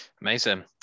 amazing